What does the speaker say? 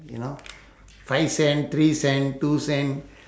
you know five cent three cent two cent